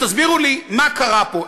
תסבירו לי מה קרה פה,